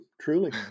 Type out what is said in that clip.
Truly